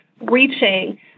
reaching